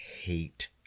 hate